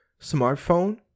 smartphone